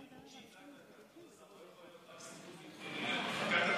אבל הנימוק שהצגת כאן,